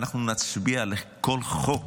ואנחנו נצביע על כל חוק